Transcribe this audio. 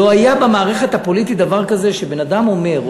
לא היה במערכת הפוליטית דבר כזה שבן-אדם אומר,